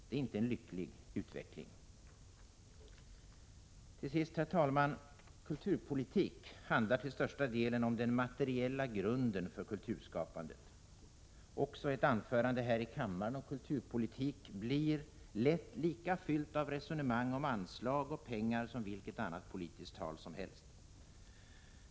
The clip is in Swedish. Det är inte en lycklig utveckling. Till sist, herr talman! Kulturpolitik handlar till största delen om den materiella grunden för kulturskapandet. Också ett anförande här i kammaren om kulturpolitik blir lätt lika fyllt av resonemang om anslag och pengar som vilket annat politiskt tal som helst.